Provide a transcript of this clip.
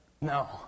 No